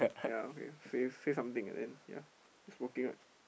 ya okay say say something then ya smoking right